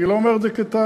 אני לא אומר את זה כטענה.